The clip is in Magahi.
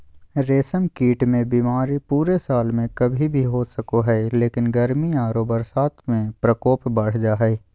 रेशम कीट मे बीमारी पूरे साल में कभी भी हो सको हई, लेकिन गर्मी आरो बरसात में प्रकोप बढ़ जा हई